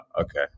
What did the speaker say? okay